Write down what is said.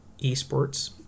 eSports